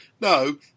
No